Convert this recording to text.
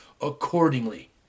accordingly